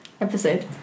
episode